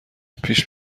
پیش